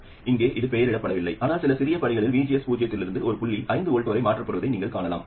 இது இங்கே பெயரிடப்படவில்லை ஆனால் சில சிறிய படிகளில் VGS பூஜ்ஜியத்திலிருந்து ஒரு புள்ளி ஐந்து வோல்ட் வரை மாறுபடுவதை நீங்கள் காணலாம்